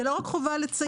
זאת לא רק חובה לציין.